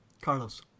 Carlos